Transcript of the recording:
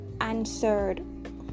answered